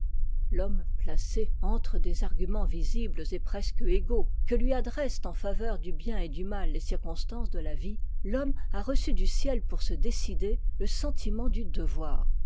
l'homme placé entre des arguments visibles et presque égaux que lui adressent en faveur du bien et du mal les circonstances de la vie l'homme a reçu du ciel pour se décider le sentiment du devoir